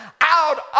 out